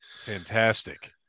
Fantastic